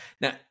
Now